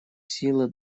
силы